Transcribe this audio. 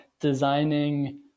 designing